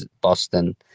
Boston